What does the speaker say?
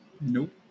nope